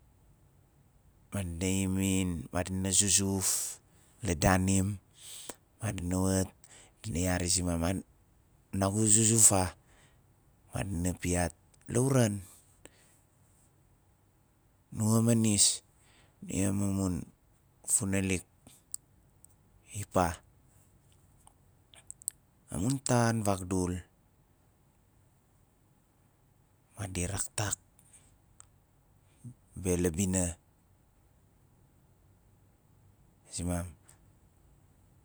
Madina emin madina zuzuf la danim madina wat dina yari zimam nagu zuzuf fa? Madina piat lauran nu mas nis? Nia ma mun funalik ipa amun tan vagdul madi raktak be la bina zimam